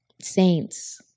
saints